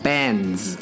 Bands